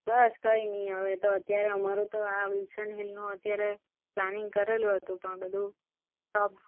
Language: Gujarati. બસ કંઇ નહીં હવે તો અત્યારે એ અમારું તો આ વિલશન હિલનું અત્યારે પ્લાનિંગ કરેલું હતું પણ બધું સ્ટોપ